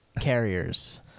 carriers